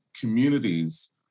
communities